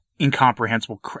incomprehensible